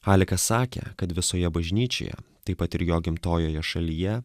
halikas sakė kad visoje bažnyčioje taip pat ir jo gimtojoje šalyje